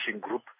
group